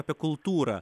apie kultūrą